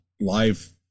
live